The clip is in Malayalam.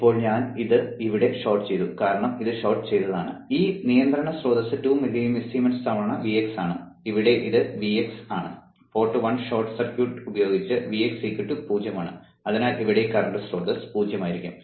ഇപ്പോൾ ഞാൻ ഇത് ഇവിടെ ഷോർട്ട് ചെയ്തു കാരണം ഇത് ഷോർട്ട് ചെയ്തതാണ് ഈ നിയന്ത്രണ സ്രോതസ്സ് 2 മില്ലിസീമെൻസ് തവണ Vx ആണ് ഇവിടെ ഇത് Vx ആണ് പോർട്ട് 1 ഷോർട്ട് ഉപയോഗിച്ച് Vx 0 ആണ് അതിനാൽ ഇവിടെ ഈ കറണ്ട് സ്രോതസ്സ് 0 ആയിരിക്കും